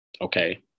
okay